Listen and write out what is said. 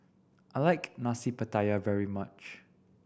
I like Nasi Pattaya very much